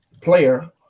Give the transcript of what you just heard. player